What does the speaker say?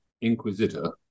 inquisitor